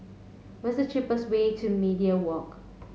what's the cheapest way to Media Walk